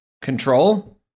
control